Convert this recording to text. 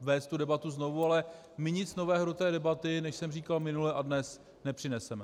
vést debatu znovu, ale my nic nového do té debaty, než jsem říkal minule a dnes, nepřineseme.